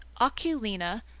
oculina